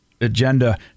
agenda